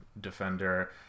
defender